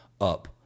up